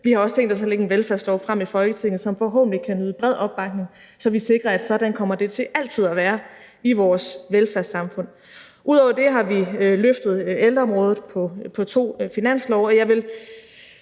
Vi har også tænkt os at lægge en velfærdslov frem i Folketinget, som forhåbentlig kan nyde bred opbakning, så vi sikrer, at sådan kommer det til altid at være i vores velfærdssamfund. Ud over det har vi løftet ældreområdet på to finanslove.